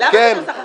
למה בנוסח אחר?